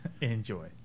Enjoy